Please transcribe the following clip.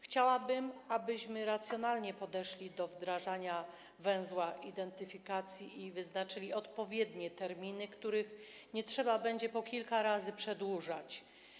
Chciałabym, abyśmy racjonalnie podeszli do wdrażania węzła identyfikacji i wyznaczyli odpowiednie terminy, których nie trzeba będzie po kilka razy przedłużać.